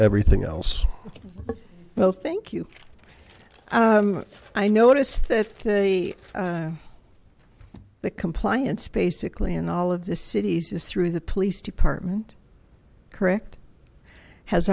everything else well thank you i noticed that the compliance basically in all of the cities is through the police department correct has